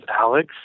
Alex